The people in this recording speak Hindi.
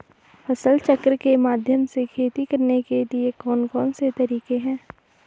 फसल चक्र के माध्यम से खेती करने के लिए कौन कौन से तरीके हैं?